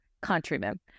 Countrymen